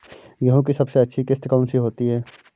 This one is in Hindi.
गेहूँ की सबसे अच्छी किश्त कौन सी होती है?